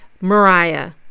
Mariah